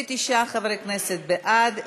29 חברי כנסת בעד,